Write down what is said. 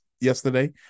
yesterday